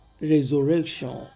resurrection